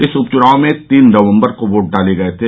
इस उप चुनाव में तीन नवम्बर को वोट डाले गये थे